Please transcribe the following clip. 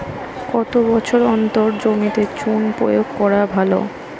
কত বছর অন্তর জমিতে চুন প্রয়োগ করা ভালো?